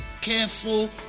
Careful